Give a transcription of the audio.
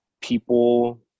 people